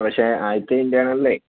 പക്ഷേ ആദ്യത്തെ ഇൻറെർണലിലേ